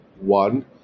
One